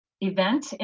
event